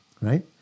Right